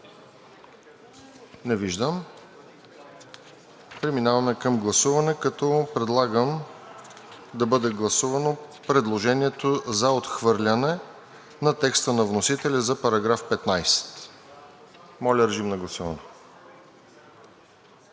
Не виждам. Преминаваме към гласуване, като предлагам да бъде гласувано предложението за отхвърляне на текста на вносителя за § 15. Моля, режим на гласуване.